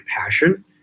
passion